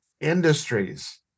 industries